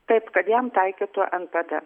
taip kad jam taikytų npd